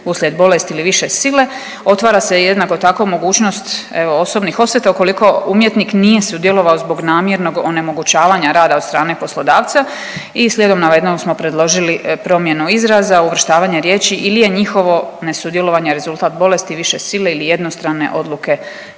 uslijed bolesti ili više sile otvara se jednako tako mogućnost osobnih osveta ukoliko umjetnik nije sudjelovao zbog namjernog onemogućavanja od strane poslodavaca i slijedom navedenog smo predložili promjenu izraza uvrštavanje riječi ili je njihovo ne sudjelovanje rezultat bolesti, više sile ili jednostrane odluke